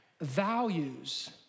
values